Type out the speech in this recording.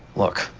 look,